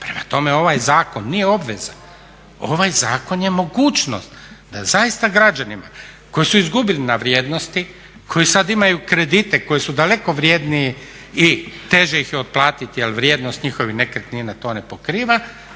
Prema tome, ovaj zakon nije obveza, ovaj zakon je mogućnost da zaista građanima koji su izgubili na vrijednosti, koji sad imaju kredite koji su daleko vredniji i teže ih je otplatiti jer vrijednost njihovih nekretnina to ne pokriva